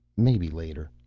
maybe later.